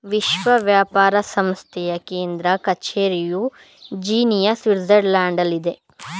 ವಿಶ್ವ ವ್ಯಾಪಾರ ಸಂಸ್ಥೆಯ ಕೇಂದ್ರ ಕಚೇರಿಯು ಜಿನಿಯಾ, ಸ್ವಿಟ್ಜರ್ಲ್ಯಾಂಡ್ನಲ್ಲಿದೆ